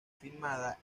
filmada